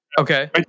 Okay